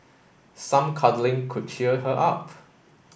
some cuddling could cheer her up